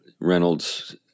Reynolds